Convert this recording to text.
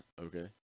Okay